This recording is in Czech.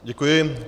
Děkuji.